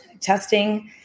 testing